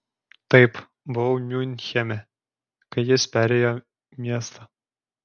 taip buvau miunchene kai jis perėjo miestą